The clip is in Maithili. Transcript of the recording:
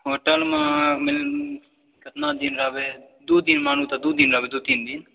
होटल मे केतना दिन रहबै दू दिन रहबै मानु तऽ दू तीन दिन